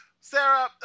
Sarah